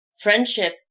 Friendship